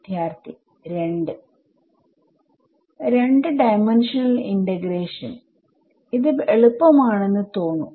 വിദ്യാർത്ഥി 2 2 dimensional integration ഇത് എളുപ്പം ആണെന്ന് തോന്നും